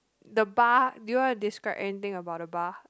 the bar do you want to describe anything about the bar